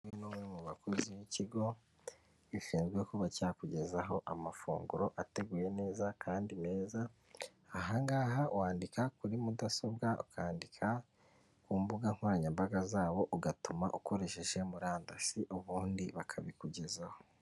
Umwe mu bakozi b'ikigo gishinzwe kuba cyakugezaho amafunguro ateguye neza kandi meza aha ngaha wandika kuri mudasobwa, ukandika ku mbuga nkoranyambaga zabo ugatuma ukoresheje murandasi ubundi bakabikugezaho.